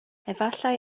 efallai